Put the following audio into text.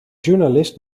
journalist